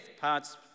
parts